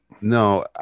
No